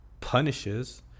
punishes